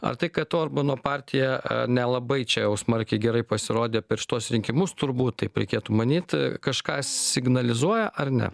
ar tai kad orbano partija a nelabai čia jau smarkiai gerai pasirodė per šituos rinkimus turbūt reikėtų manyt kažką signalizuoja ar ne